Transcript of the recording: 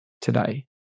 today